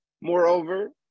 Moreover